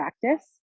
practice